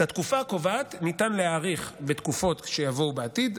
את התקופה הקובעת ניתן להאריך בתקופות שיבואו בעתיד.